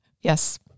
Yes